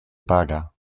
paga